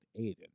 Aiden